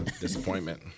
Disappointment